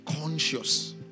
conscious